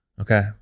Okay